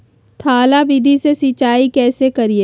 थाला विधि से सिंचाई कैसे करीये?